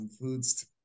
foods